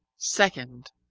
second.